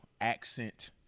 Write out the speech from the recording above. accent